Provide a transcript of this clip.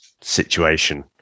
situation